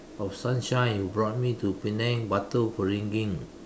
of sunshine who brought me to Penang Batu-Ferringhi